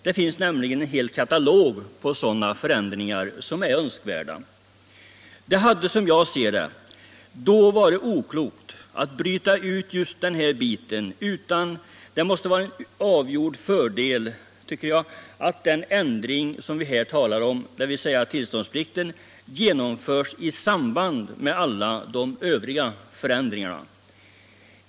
Det finns nämligen en hel katalog på sådana förändringar som är önskvärda. Det hade, som jag ser det, då varit oklokt att bryta ut just den här biten om tillståndsplikt för vägar och flygplatser. Det måste avgjort vara en fördel att den ändring som vi här talar om genomförs i samband med alla de övriga förändringarna.